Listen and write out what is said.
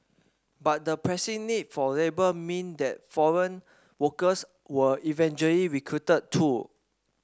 but the pressing need for labour meant that foreign workers were eventually recruited too